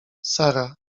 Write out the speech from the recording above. sara